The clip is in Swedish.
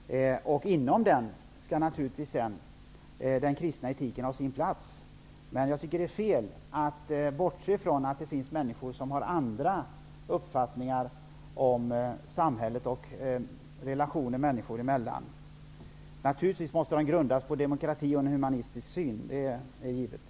Inom den humanistiska etiken skall naturligtvis den kristna etiken ha sin plats. Jag tycker emellertid att det är fel att bortse från att det finns människor som har andra uppfattningar om samhället och relationen människor emellan. Naturligtvis måste etiken ändå grunda sig på demokrati och en humanistisk syn. Det är givet.